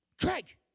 Craig